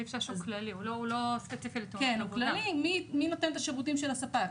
סעיף 6 הוא כללי, מי נותן את השירותים של הספק.